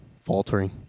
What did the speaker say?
faltering